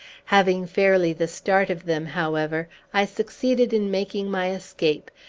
having fairly the start of them, however, i succeeded in making my escape,